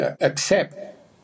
accept